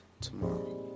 tomorrow